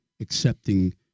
accepting